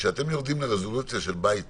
כשאתם יורדים לרזולוציה של בית פרטי,